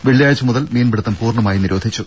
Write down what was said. വെള്ളിയാഴ്ച മുതൽ മീൻപിടുത്തം പൂർണമായി നിരോധിച്ചു